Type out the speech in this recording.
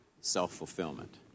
self-fulfillment